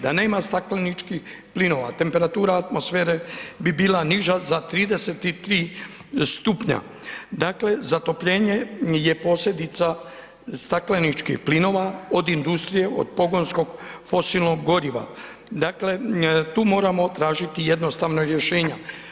Da nema stakleničkih plinova, temperatura atmosfere bi bila niža za 33 stupnja, dakle zatopljenje je posljedica stakleničkih plinova od industrije, od pogonskog fosilnog goriva, dakle tu moramo tražiti jednostavno rješenja.